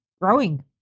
growing